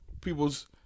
people's